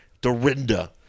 Dorinda